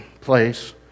place